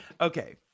Okay